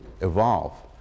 evolve